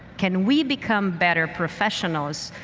can we become better professionals,